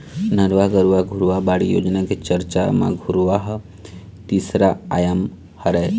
नरूवा, गरूवा, घुरूवा, बाड़ी योजना के चरचा म घुरूवा ह तीसरइया आयाम हरय